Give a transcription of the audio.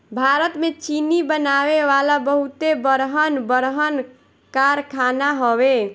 भारत में चीनी बनावे वाला बहुते बड़हन बड़हन कारखाना हवे